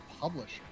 publisher